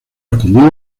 escondido